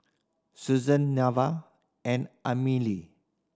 Suzan Neva and Amelie